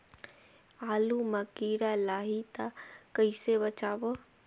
आलू मां कीड़ा लाही ता कइसे बचाबो?